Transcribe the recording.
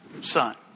son